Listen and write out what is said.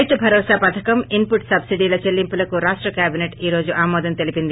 రైతు భరోసా పథకం ఇన్పుట్ సబ్బిడీల చెల్లింపులకు రాష్ట కేబినెట్ ఈరోజు ఆమోదం ని తెలీపింది